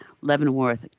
Leavenworth